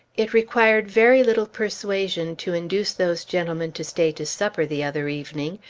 it required very little persuasion to induce those gentlemen to stay to supper, the other evening,